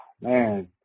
man